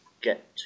get